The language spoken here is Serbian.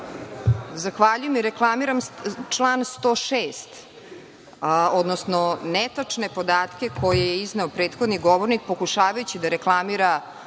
Zahvaljujem. Reklamiram član 106, odnosno netačne podatke koje je izneo prethodni govornik pokušavajući da reklamira